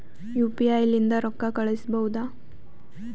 UPI ಲಿಂದ ರೊಕ್ಕ ಕಳಿಸಬಹುದಾ?